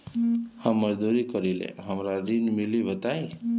हम मजदूरी करीले हमरा ऋण मिली बताई?